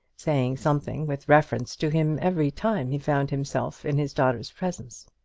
saying something with reference to him every time he found himself in his daughter's presence.